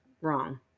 wrong